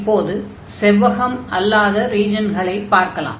இப்போது செவ்வகம் அல்லாத ரீஜன்களை பார்க்கலாம்